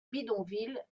bidonvilles